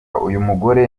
uyumugore